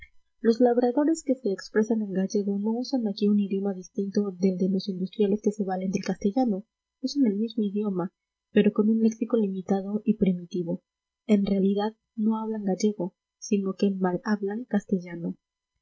los labradores que se expresan en gallego no usan aquí un idioma distinto del de los industriales que se valen del castellano usan el mismo idioma pero con un léxico limitado y primitivo en realidad no hablan gallego sino que malhablan castellano